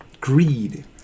greed